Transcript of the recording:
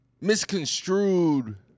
misconstrued